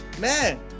Man